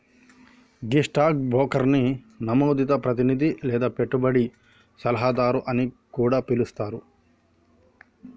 గీ stock బ్రోకర్ని నమోదిత ప్రతినిధి లేదా పెట్టుబడి సలహాదారు అని కూడా పిలుస్తారు